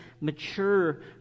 mature